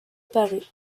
paris